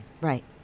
Right